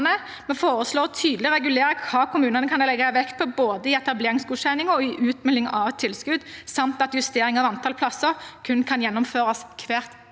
Vi foreslår å regulere tydelig hva kommunene kan legge vekt på både i etableringsgodkjenning og i utmåling av tilskudd, samt at justering av antall plasser kun kan gjennomføres hvert